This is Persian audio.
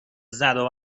زدو